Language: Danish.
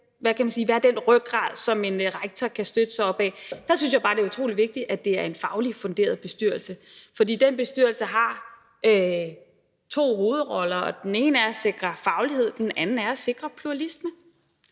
være den rygrad, som en rektor kan støtte sig op ad. Der synes jeg bare, det er utrolig vigtigt, at det er en fagligt funderet bestyrelse, fordi den bestyrelse har to hovedroller, og den ene er at sikre faglighed, og den anden er at sikre pluralisme.